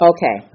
Okay